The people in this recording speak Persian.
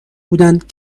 بودند